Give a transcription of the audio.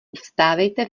vstávejte